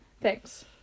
Thanks